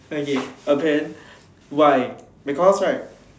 okay a pen why because right